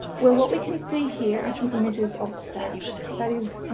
well what we can see here are some images of stacks, that is,